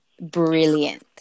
brilliant